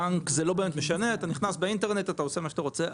בנק זה לא באמת משנה אתה נכנס באינטרנט ועושה מה שאתה רוצה.